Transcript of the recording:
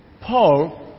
Paul